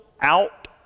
out